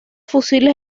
fusiles